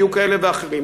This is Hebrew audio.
יהיו כאלה ואחרים.